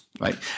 right